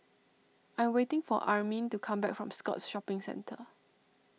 I am waiting for Armin to come back from Scotts Shopping Centre